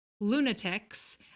lunatics